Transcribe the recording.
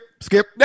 Skip